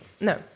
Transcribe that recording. No